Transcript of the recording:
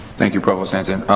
thank you, provost hanson.